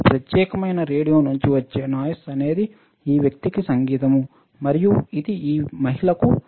ఈ ప్రత్యేకమైన రేడియో నుండి వచ్చే నాయిస్ అనేది ఈ వ్యక్తికి సంగీతం మరియు ఇది ఈ మహిళలకు నాయిస్